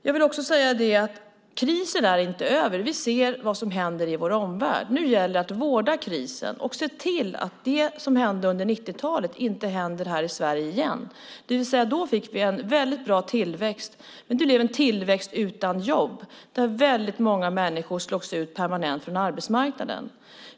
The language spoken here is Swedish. Jag vill säga att krisen inte är över. Vi ser vad som händer i vår omvärld. Nu gäller det att vårda krisen och se till att det som hände under 90-talet inte händer här i Sverige igen, det vill säga att då fick vi en väldigt bra tillväxt men en tillväxt utan jobb och väldigt många människor som slogs ut permanent från arbetsmarknaden.